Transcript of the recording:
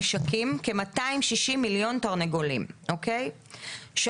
למעלה ממיליון תרנגולות ו-8,000 עגורים,